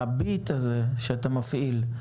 ה"ביט" הזה שאתם מציעים,